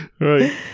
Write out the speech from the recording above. Right